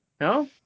No